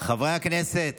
חברי הכנסת,